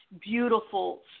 beautiful